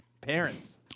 parents